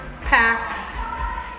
packs